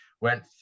went